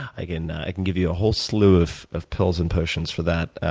i can i can give you a whole slew of of pills and potions for that.